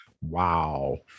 Wow